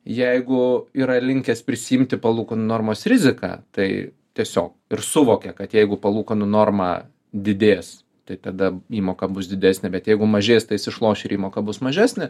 jeigu yra linkęs prisiimti palūkanų normos riziką tai tiesiog ir suvokia kad jeigu palūkanų norma didės tai tada įmoka bus didesnė bet jeigu mažės tai jis išloš ir įmoka bus mažesnė